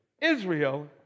Israel